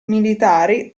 militari